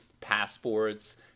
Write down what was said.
passports